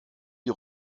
die